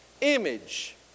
image